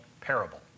parable